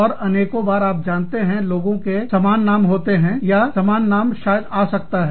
और अनेकों बार आप जानते हैं लोगों के समान नाम होते हैं या समान नाम शायद आ सकता है